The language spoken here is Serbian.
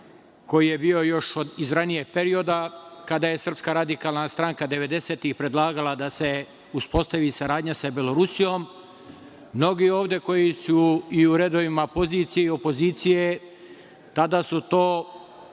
koji je bio još iz ranijeg perioda. Kada je SRS devedesetih godina predlagala da se uspostavi saradnja sa Belorusijom, mnogi ovde koji su u redovima i pozicije i opozicije tada su to